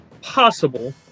possible